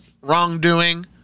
wrongdoing